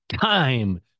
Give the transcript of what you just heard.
time